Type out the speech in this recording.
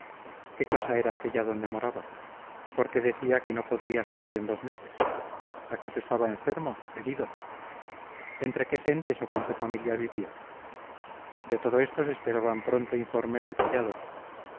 qué casa era aquella donde moraba por qué decía que no podría salir en dos meses acaso estaba enfermo herido entre qué gentes o con qué familia vivía de todo esto se esperaban pronto informes detallados